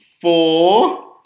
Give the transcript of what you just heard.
four